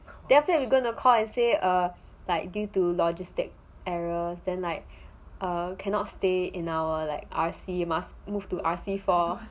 then after that we going to call and say err like due to logistic errors than like err cannot stay in our like R_C must move to R_C four